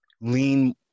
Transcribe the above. lean